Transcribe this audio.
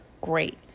Great